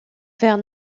vers